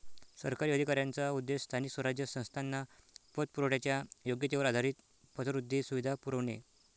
सरकारी अधिकाऱ्यांचा उद्देश स्थानिक स्वराज्य संस्थांना पतपुरवठ्याच्या योग्यतेवर आधारित पतवृद्धी सुविधा पुरवणे